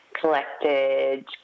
collected